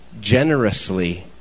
generously